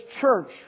church